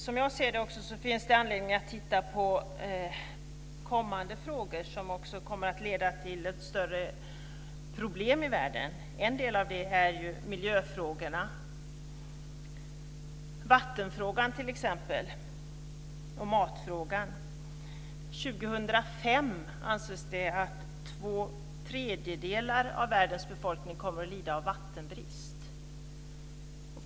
Som jag ser det finns det anledning att titta på kommande frågor, som kommer att leda till större problem i världen. En del av det är ju miljöfrågorna. Det gäller vattenfrågan, t.ex., och matfrågan. 2005 anses det att två tredjedelar av världens befolkning kommer att lida av vattenbrist.